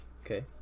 Okay